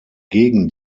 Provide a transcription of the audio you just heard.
gegen